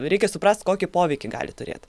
reikia suprast kokį poveikį gali turėt